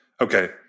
okay